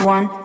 One